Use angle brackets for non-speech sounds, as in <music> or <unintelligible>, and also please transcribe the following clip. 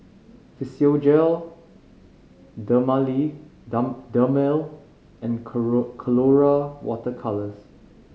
Physiogel <unintelligible> Dermale and <unintelligible> Colora Water Colours